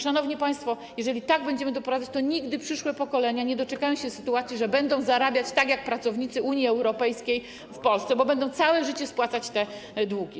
Szanowni państwo, jeżeli do tego będziemy doprowadzać, to nigdy przyszłe pokolenia nie doczekają się sytuacji, że będą zarabiać tak jak pracownicy Unii Europejskiej w Polsce, bo będą całe życie spłacać te długi.